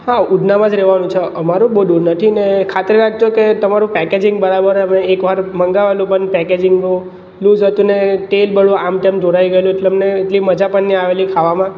હા ઉધનામાં જ રહેવાનું છે અમારે બહુ દૂર નથી ને ખાતરી રાખજો કે તમારું પેકેજિંગ બરાબર હોય મેં એકવાર મંગાવેલું પણ પેકેજિંગ બહુ લૂસ હતું ને તેલ બધું આમતેમ ઢોળાઈ ગયેલું એટલે અમને એટલી મજા પણ નહીં આવેલી ખાવામાં